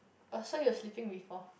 oh so you were sleeping before